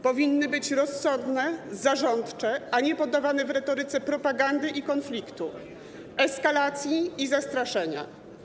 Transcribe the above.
Powinny być rozsądne, zarządcze, a nie podawane w retoryce propagandy i konfliktu, eskalacji i zastraszenia.